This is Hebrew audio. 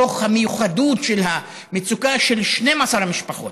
מתוך המיוחדות של המצוקה של 12 המשפחות,